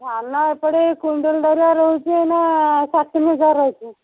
ଧାନ ଏପଟେ କୁଇଣ୍ଟାଲ୍ ଦାରିଆ ରହୁଛି ଏଇନା ସାଢ଼େ ତିନିହଜାର ଅଛି